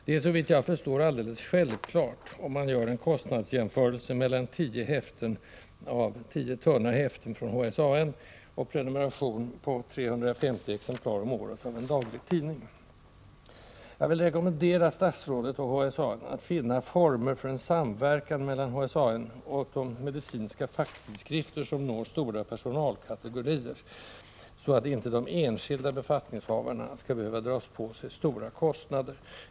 Det är såvitt jag förstår alldeles självklart med tanke på att man får betala ungefär lika mycket för tio tunna häften med HSAN-ärenden som för en prenumeration på en daglig Jag vill rekommendera statsrådet och HSAN att finna former för en samverkan mellan HSAN och de medicinska facktidskrifter som når stora personalkategorier, så att inte de enskilda befattningshavarna skall behöva dra på sig stora kostnader.